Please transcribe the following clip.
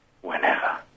Whenever